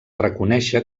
reconèixer